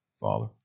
Father